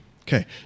Okay